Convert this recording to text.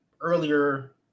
earlier